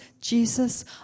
Jesus